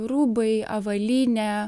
rūbai avalynė